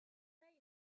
say